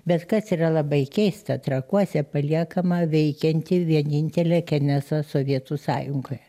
bet kas yra labai keista trakuose paliekama veikianti vienintelė kenesa sovietų sąjungoje